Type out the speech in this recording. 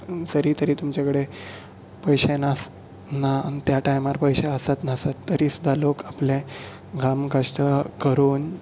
जरीय तरीय तुमचे कडेन पयशे नासत ना त्या टायमार पयशे आसत नासत तरी सुद्दा लोक आपले घाम कश्ट करून